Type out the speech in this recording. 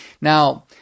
Now